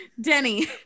Denny